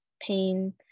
pain